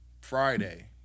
Friday